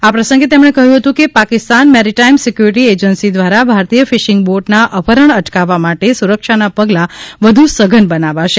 આ પ્રસંગેતેમણે કહ્યું હતું કે પાકિસ્તાન મેરીટાઇમ સિક્યુરિટી એજન્સી દ્વારા ભારતીય ફિશિંગ બોટના અપફરણ અટકાવવા માટે સુરક્ષાનાં પગલાં વધુ સઘન બનાવશે